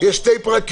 יש שני פרקים